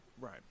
Right